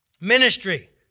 Ministry